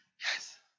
Yes